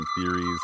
theories